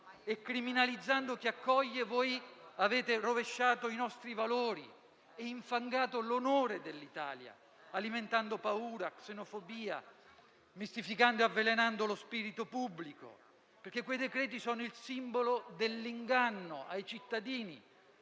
Criminalizzando chi accoglie, avete rovesciato i nostri valori e infangato l'onore dell'Italia, alimentando paura e xenofobia, mistificando e avvelenando lo spirito pubblico. Quei decreti-legge sono infatti il simbolo dell'inganno ai cittadini,